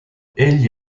egli